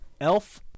Elf